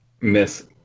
Miss